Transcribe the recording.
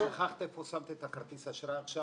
שכחת איפה שמת את כרטיס האשראי עכשיו,